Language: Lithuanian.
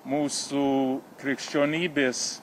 mūsų krikščionybės